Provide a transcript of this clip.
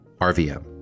rvm